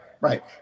Right